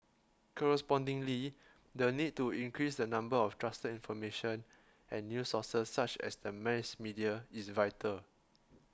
correspondingly the need to increase the number of trusted information and news sources such as the mass media is vital